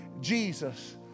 Jesus